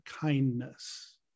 kindness